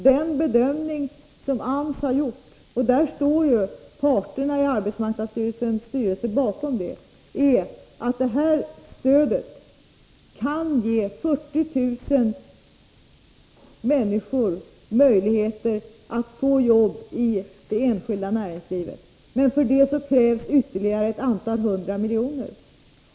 Den bedömning som AMS har gjort — och parterna i arbetsmarknadsstyrelsen står bakom det förslaget — är att det här stödet kan ge 40 000 människor möjligheter att få jobb i det enskilda näringslivet. Men för detta krävs ytterligare ett antal hundra miljoner.